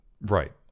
right